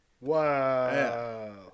Wow